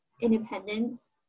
independence